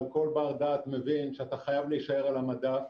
אבל כל בר דעת מבין שאתה חייב להישאר על המדף.